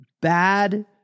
bad